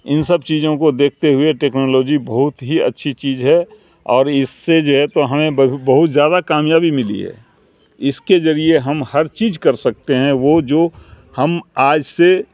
ان سب چیزوں کو دیکھتے ہوئے ٹیکنالوجی بہت ہی اچھی چیز ہے اور اس سے جو ہے تو ہمیں بہت بہت زیادہ کامیابی ملی ہے اس کے ذریعے ہم ہر چیز کر سکتے ہیں وہ جو ہم آج سے